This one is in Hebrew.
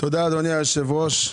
אדוני היושב-ראש,